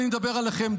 אני מדבר אליכם,